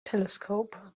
telescope